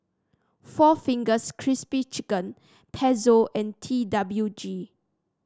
Four Fingers Crispy Chicken Pezzo and T W G